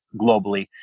globally